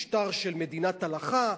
משטר של מדינת הלכה,